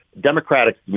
democratic